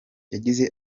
yagize